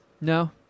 No